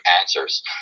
answers